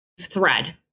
thread